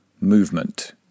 movement